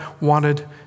wanted